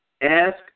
ask